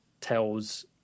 tells